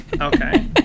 Okay